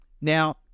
Now